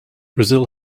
brazil